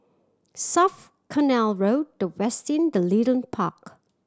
South Canal Road The Westin The Leedon Park